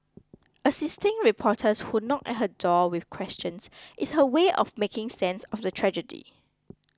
assisting reporters who knock at her door with questions is her way of making sense of the tragedy